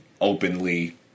openly